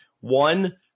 One